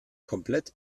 komplett